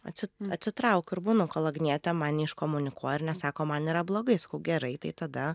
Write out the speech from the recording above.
atsi atsitraukiu ir būnu kol agnietė man neiškomunikuoja ir nesako man yra blogai sakau gerai tada